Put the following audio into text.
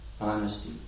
honesty